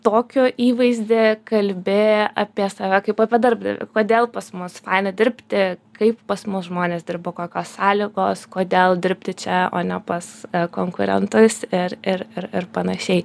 tokio įvaizdį kalbi apie save kaip apie darbdavį kodėl pas mus faina dirbti kaip pas mus žmonės dirba kokios sąlygos kodėl dirbti čia o ne pas konkurentus ir ir ir ir panašiai